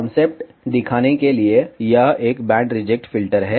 concept दिखाने के लिए यह एक बैंड रिजेक्ट फिल्टर है